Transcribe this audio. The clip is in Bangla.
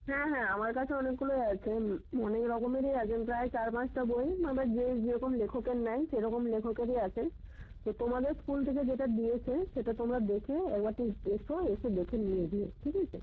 হ্যাঁ হ্যাঁ আমার কাছে অনেকগুলোই আছে অনেক রকমেরই আছে প্রায় চার পাঁচটা বই আবার যে যেরকম লেখকের নেয় সেরকম লেখকেরই আছে তো তোমাদের স্কুল থেকে যেটা দিয়েছে সেটা তোমরা দেখে একবারটি এসো এসে দেখে নিয়ে যেও ঠিক আছে